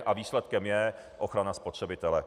A výsledkem je ochrana spotřebitele.